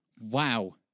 Wow